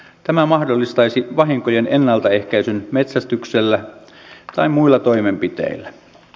tämä mahdollistaisi vahinkojen ennaltaehkäisyn metsästyksellä tai muilla toimenpiteillä